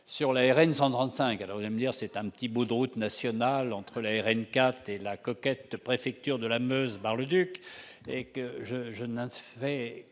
sur la RN 135. Vous me direz que c'est un petit bout de route nationale entre la RN 4 et la coquette préfecture de la Meuse, Bar-le-Duc, et que je ne fais